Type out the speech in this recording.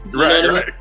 right